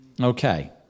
Okay